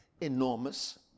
enormous